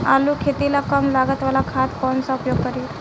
आलू के खेती ला कम लागत वाला खाद कौन सा उपयोग करी?